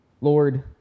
Lord